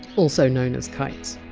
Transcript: also known as kites